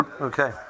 Okay